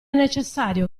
necessario